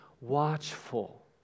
watchful